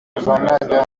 yavanaga